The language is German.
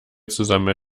zusammen